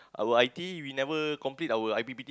our I_T we never complete our I_P_P_T